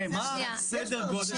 מה סדר גודל של הסכום.